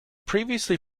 previously